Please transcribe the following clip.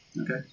Okay